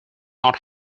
not